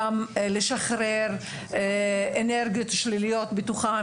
גם לשחרר אנרגיות שליליות בתוכם.